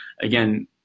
again